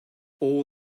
all